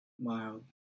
Mild